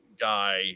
guy